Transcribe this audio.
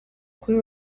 kuri